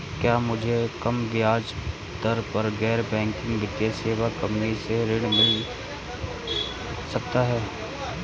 क्या मुझे कम ब्याज दर पर गैर बैंकिंग वित्तीय सेवा कंपनी से गृह ऋण मिल सकता है?